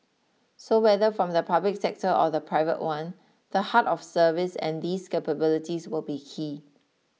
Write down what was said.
so whether from the public sector or the private one the heart of service and these capabilities will be key